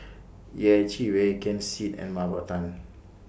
Yeh Chi Wei Ken Seet and Mah Bow Tan